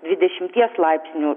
dvidešimties laipsnių